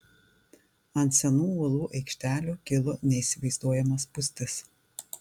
ant siaurų uolų aikštelių kilo neįsivaizduojama spūstis